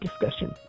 discussion